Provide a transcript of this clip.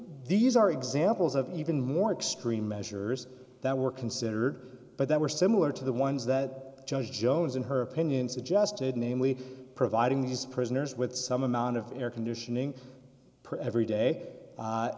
these are examples of even more extreme measures that were considered but that were similar to the ones that judge jones in her opinion suggested namely providing these prisoners with some amount of air conditioning per every day